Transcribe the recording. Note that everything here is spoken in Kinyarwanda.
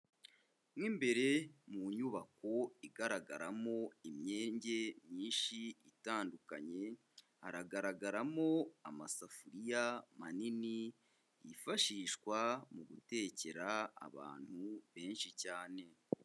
Mo imbere mu nyubako igaragaramo imyenge myinshi itandukanye haragaragaramo amasafuriya manini yifashishwa mu gutekera abantu benshi cyane.